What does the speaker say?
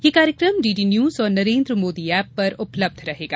यह कार्यक्रम DD news और नरेन्द्र मोदी ऐप पर उपलब्ध रहेगा